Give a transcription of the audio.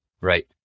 right